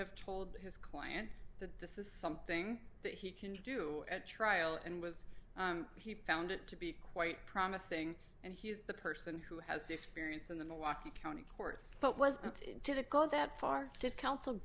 have told his client that this is something that he can do at trial and was found it to be quite promising and he is the person who has the experience in the milwaukee county courts but was going to go that far did counsel